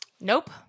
nope